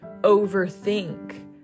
overthink